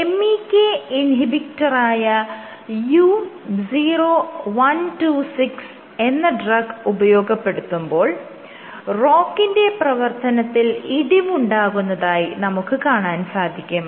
MEK ഇൻഹിബിറ്ററായ U0126 എന്ന drug ഉപയോഗപ്പെടുത്തിയപ്പോൾ ROCK ന്റെ പ്രവർത്തനത്തിൽ ഇടിവുണ്ടാകുന്നതായി നമുക്ക് കാണാൻ സാധിക്കും